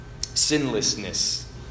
Sinlessness